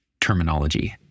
terminology